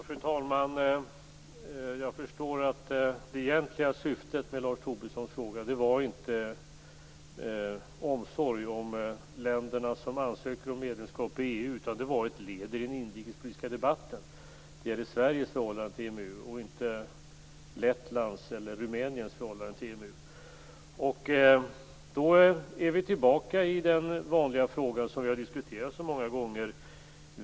Fru talman! Jag förstår att det egentliga syftet med Lars Tobissons fråga inte var omsorg om de länder som ansöker om medlemskap i EU, utan inlägget var ett led i den inrikespolitiska debatten. Det gäller Sveriges förhållande till EMU och inte Lettlands eller Rumäniens förhållande till EMU. Då är vi tillbaka i den vanliga fråga som vi har diskuterat så många gånger.